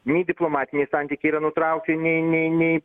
nei diplomatiniai santykiai yra nutraukti nei nei nei